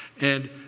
and